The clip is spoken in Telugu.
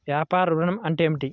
వ్యాపార ఋణం అంటే ఏమిటి?